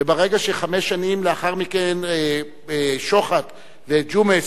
וברגע שחמש שנים לאחר מכן שוחט וג'ומס